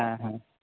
হ্যাঁ হ্যাঁ